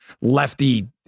lefty